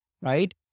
right